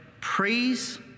praise